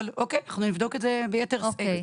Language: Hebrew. אבל אוקיי אנחנו נבדוק את זה ביתר שאת.